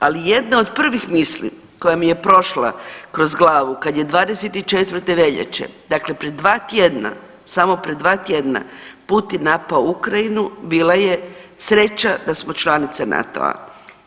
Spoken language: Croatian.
Ali jedna od prvih misli koja mi je prošla kroz glavu kad je 24. veljače, dakle pred dva tjedna, samo pred dva tjedna Putin napao Ukrajinu bila je sreća da smo članica NATO-a.